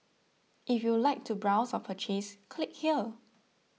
if you like to browse or purchase click here